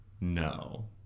no